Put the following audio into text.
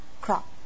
crop